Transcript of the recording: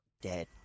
dead